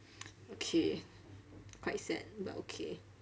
okay quite sad but okay